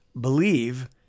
believe